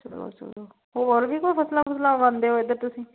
ਚੱਲੋ ਚੱਲੋ ਹੋਰ ਵੀ ਕੋਈ ਫਸਲਾਂ ਫੁਸਲਾਂ ਉਗਾਉਂਦੇ ਹੋ ਇੱਧਰ ਤੁਸੀਂ